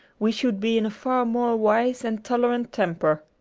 we should be in a far more wise and tolerant temper.